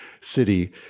city